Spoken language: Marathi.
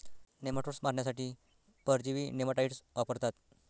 नेमाटोड्स मारण्यासाठी परजीवी नेमाटाइड्स वापरतात